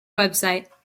website